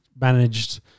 managed